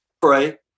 Pray